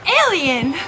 alien